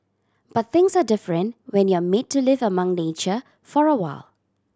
but things are different when you're made to live among nature for awhile